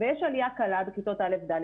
ויש עלייה קלה בכיתות א'-ד',